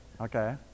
Okay